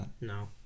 No